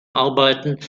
arbeiten